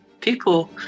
People